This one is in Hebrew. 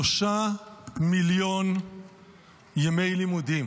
3 מיליון ימי לימודים